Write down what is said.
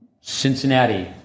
Cincinnati